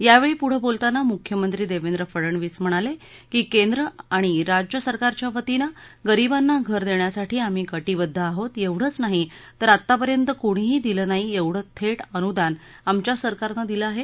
यावेळी पुढं बोलताना मुख्यमंत्री देवेंद्र फडणीस म्हणाले की केंद्र आणी राज्य सरकारच्या वतीने गरीबांना घर देण्यासाठी आम्ही कटीबध्द आहोत एवढंच नाही तर आता पर्यंत कोणीही दिलं नाही एवढं थेट अनुदान आमच्या सरकारनं दिलं आहे